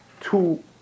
two